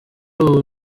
ubu